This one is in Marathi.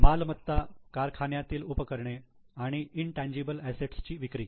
मालमत्ता कारखान्यातील उपकरणे आणि इंटेनजीबल असेट्स ची विक्री